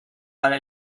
para